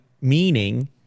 meaning